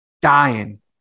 dying